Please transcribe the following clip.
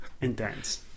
intense